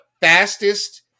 fastest